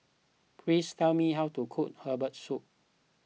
please tell me how to cook Herbal Soup